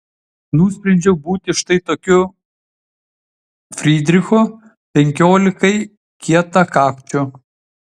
nusprendžiau būti štai tokiu frydrichu penkiolikai kietakakčių